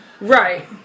Right